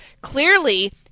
Clearly